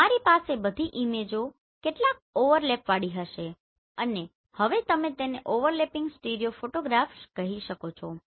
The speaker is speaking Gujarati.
તમારી પાસે બધી ઈમેજો કેટલાક ઓવરલેપવાળી હશે અને હવે તમે તેને ઓવરલેપિંગ સ્ટીરિયો ફોટોગ્રાફ્સ કહી શકો છો